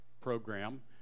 program